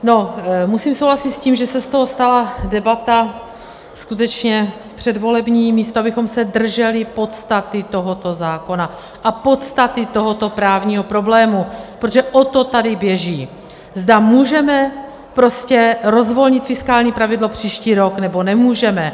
No, musím souhlasit s tím, že se z toho stala debata skutečně předvolební, místo abychom se drželi podstaty tohoto zákona a podstaty tohoto právního problému, protože o to tady běží, zda můžeme prostě rozvolnit fiskální pravidlo příští rok, nebo nemůžeme.